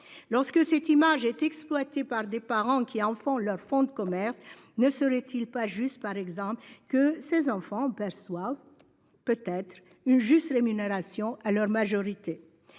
Lorsque cette image est exploitée par des parents qui en font leur fonds de commerce, peut-être serait-il juste, par exemple, que ces enfants perçoivent une rémunération appropriée à leur majorité.